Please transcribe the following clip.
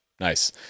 Nice